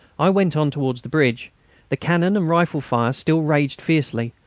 i went on towards the bridge the cannon and rifle fire still raged fiercely,